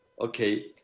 Okay